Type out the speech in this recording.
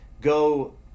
go